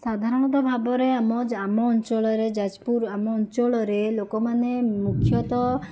ସାଧାରଣତଃ ଭାବରେ ଆମ ଆମ ଅଞ୍ଚଳରେ ଯାଜପୁର ଆମ ଅଞ୍ଚଳରେ ଲୋକମାନେ ମୁଖ୍ୟତଃ